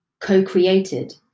co-created